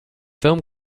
film